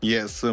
Yes